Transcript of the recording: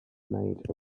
made